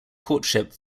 courtship